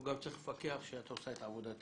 הוא גם צריך לפקח שאת עושה את עבודתך.